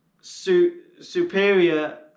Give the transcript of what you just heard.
superior